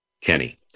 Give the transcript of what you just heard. Kenny